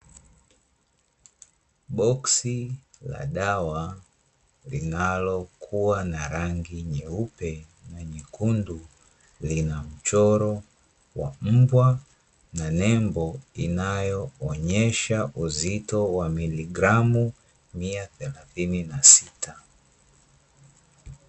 Boksi la dawa linalokuwa na rangi nyeupe na nyekundu, lina mchoro wa mbwa na nembo inayoonyesha uzito wa miligramu mia thelathini na sita.